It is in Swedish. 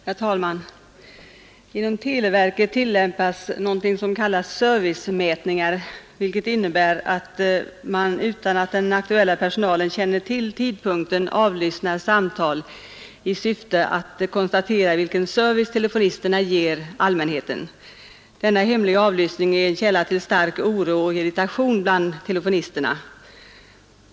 Herr talman! Inom televerket tillämpas s.k. servicemätningar, vilket innebär att arbetsgivaren — utan att den aktuella personalen känner till tidpunkten — avlyssnar samtal i syfte att konstatera vilken service telefonisterna ger allmänheten. Denna hemliga avlyssning är källa till stark oro och irritation bland telefonisterna.